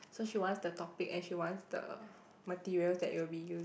so she wants the topic and she wants the materials that you will be using